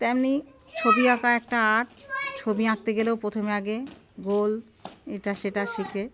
তেমনি ছবি আঁকা একটা আর্ট ছবি আঁকতে গেলেও প্রথমে আগে গোল এটা সেটা শেখে